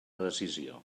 decisió